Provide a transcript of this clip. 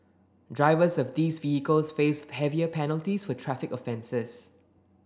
drivers of these vehicles face heavier penalties for traffic offences